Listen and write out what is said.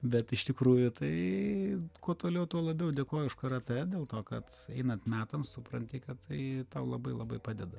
bet iš tikrųjų tai kuo toliau tuo labiau dėkoju už karatė dėl to kad einant metams supranti kad tai tau labai labai padeda